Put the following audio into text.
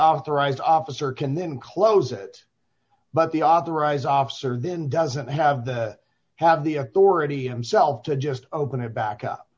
authorized officer can then close it but the authorized officer then doesn't have the have the authority himself to just open it back